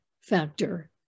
factor